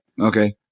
Okay